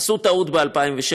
עשו טעות ב-2007,